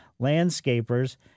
landscapers